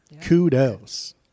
kudos